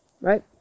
right